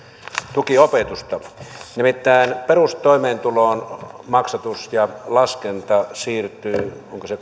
tukiopetusta nimittäin kun perustoimeentulon maksatus ja laskenta siirtyy onko se